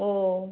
ও